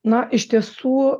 na iš tiesų